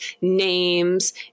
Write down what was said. names